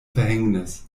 verhängnis